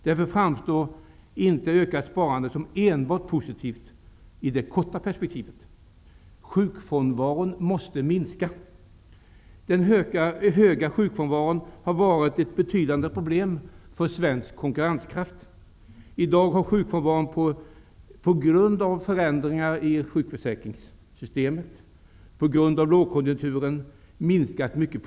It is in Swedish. Därför framstår inte ökat sparande som enbart positivt i det korta perspektivet. Sjukfrånvaron måste minska. Den höga sjukfrånvaron har varit ett betydande problem för svensk konkurrenskraft. I dag har sjukfrånvaron på grund av förändringar i sjukförsäkringssystemet och genom lågkonjunkturen minskat påtagligt.